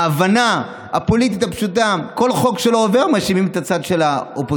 ההבנה הפוליטית הפשוטה: כל חוק שלא עובר מאשימים את הצד של האופוזיציה.